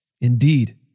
Indeed